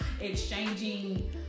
exchanging